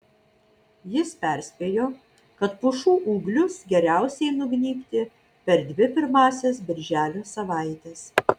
jis perspėjo kad pušų ūglius geriausiai nugnybti per dvi pirmąsias birželio savaites